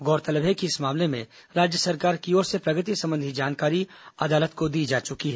गौरतलब है कि इस मामले में राज्य सरकार की ओर से प्रगति संबंधी जानकारी अदालत को दी जा चुकी है